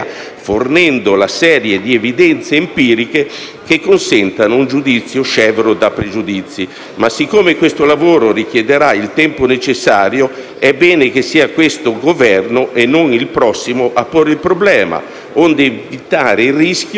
fornendo una serie di evidenze empiriche che consentano un giudizio scevro da pregiudizi. Ma siccome questo lavoro richiederà il tempo necessario, è bene che sia questo Governo e non il prossimo a porre il problema, onde evitare il rischio